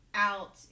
out